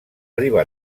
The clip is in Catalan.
riba